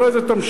אחרי זה תמשיך,